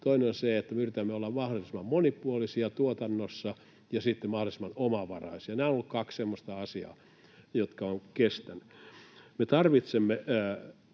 toinen on se, että me yritämme olla mahdollisimman monipuolisia tuotannossa, ja sitten mahdollisimman omavaraisia. Nämä ovat olleet kaksi semmoista asiaa, jotka ovat kestäneet.